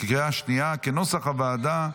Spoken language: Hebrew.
קריאה שנייה, כנוסח הוועדה.